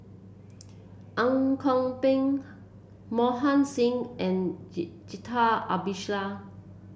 Ang Kok Peng Mohan Singh and Jacintha Abisheganaden